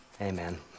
Amen